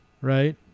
right